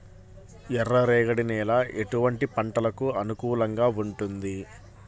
ఎర్ర రేగడి నేల ఎటువంటి పంటలకు అనుకూలంగా ఉంటుంది?